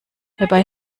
hierbei